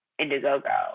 Indiegogo